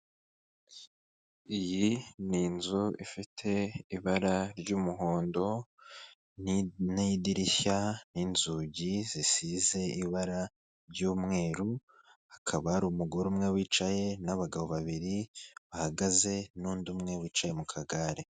Iyi ni inzu ifite ibara ry'umuhondo n'idirishya n'inzugi zisize ibara ry'umweru, hakaba hari umugore umwe wicaye n'abagabo babiri bahagaze n'undi umwe wicaye mu kagare.